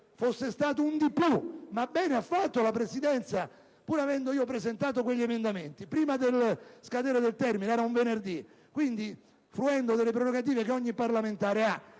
fosse stato un di più. Bene ha fatto la Presidenza, anche se io avevo presentato quegli emendamenti prima dello scadere del termine - era un venerdì - e quindi fruendo delle prerogative che ha ogni parlamentare.